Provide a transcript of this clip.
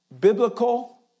biblical